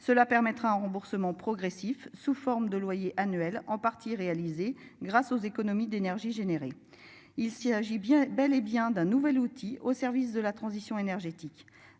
cela permettra un remboursement progressif sous forme de loyer annuel en partie réalisé grâce aux économies d'énergie générée. Il s'agit bien bel et bien d'un nouvel outil au service de la transition énergétique.